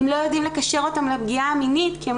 אם לא יודעים לקשר אותן לפגיעה המינית כי הן